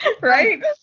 Right